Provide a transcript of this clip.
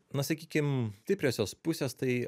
na sakykim stipriosios pusės tai